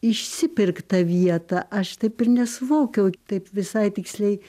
išsipirktą vietą aš taip ir nesuvokiau taip visai tiksliai